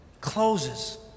closes